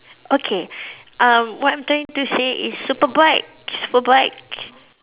okay um what I'm trying to say is super bike super bike